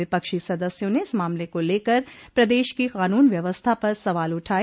विपक्षी सदस्यों ने इस मामले को लेकर प्रदेश की कानून व्यवस्था पर सवाल उठाये